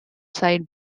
side